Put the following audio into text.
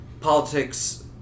politics